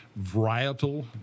varietal